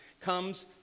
comes